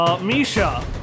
Misha